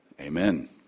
Amen